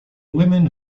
women